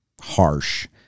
harsh